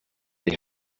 they